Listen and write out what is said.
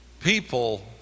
People